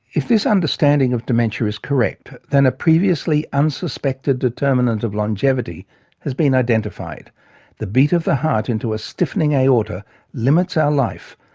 if this understanding of dementia is correct, then a previously unsuspected determinant of longevity has been identified the beat of the heart into a stiffening aorta limits our life,